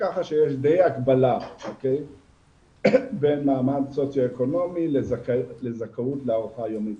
כך שיש די הקבלה בין מעמד סוציו אקונומי לזכאות לארוחה יומית.